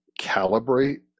calibrate